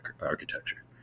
architecture